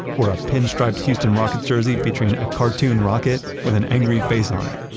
or a pinstriped houston rockets jersey featuring a cartoon rocket with an angry face on it!